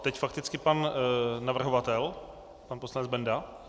Teď fakticky pan navrhovatel, pan poslanec Benda.